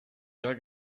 ihrer